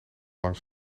langs